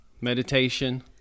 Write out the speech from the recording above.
meditation